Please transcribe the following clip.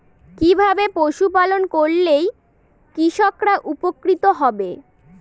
কিভাবে পশু পালন করলেই কৃষকরা উপকৃত হবে?